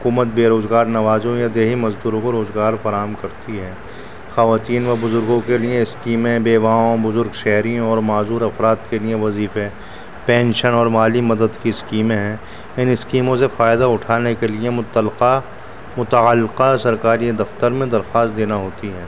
حکومت بے روزگار نوازوں یا دیہی مزدوروں کو روزگار فراہم کرتی ہے خواتین و بزرگوں کے لیے اسکیمیں بیواؤں بزرگ شہریوں اور معذور افراد کے لیے وظیفے پینشن اور مالی مدد کی اسکیمیں ہیں ان اسکیموں سے فائدہ اٹھانے کے لیے متلقہ متعلقہ سرکاری دفتر میں درخواست دینا ہوتی ہے